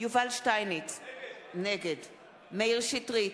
יובל שטייניץ, נגד מאיר שטרית,